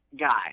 guy